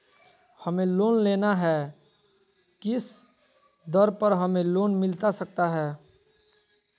हमें लोन लेना है किस दर पर हमें लोन मिलता सकता है?